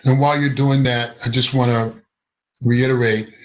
and while you're doing that, i just want to reiterate.